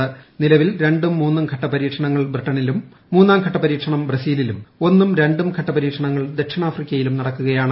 സ്ത്രിലവിൽ രണ്ടും മൂന്നും ഘട്ട പരീക്ഷണങ്ങൾ ബ്രിട്ടനിലുള്ള മുന്നാംഘട്ട പരീക്ഷണം ബ്രസീലിലും ഒന്നും രുണ്ടു് എഘട്ട പരീക്ഷണങ്ങൾ ദക്ഷിണാഫ്രിക്കയിലും നടക്കുകുള്ളാണ്